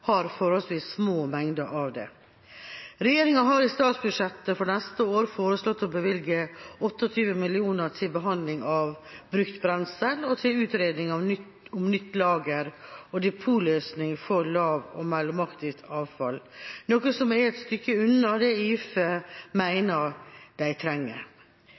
har forholdsvis små mengder av det. Regjeringa har i statsbudsjettet for neste år foreslått å bevilge 28 mill. kr til behandling av brukt brensel og til utredning om nytt lager og depotløsning for lav- og mellomaktivt avfall, noe som er et stykke unna det IFE mener de trenger.